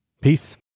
Peace